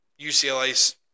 UCLA's